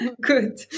Good